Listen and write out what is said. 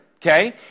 Okay